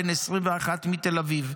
בן 21 מתל אביב,